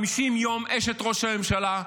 50 יום אשת ראש הממשלה,